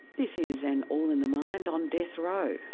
this is an all in the mind on death row.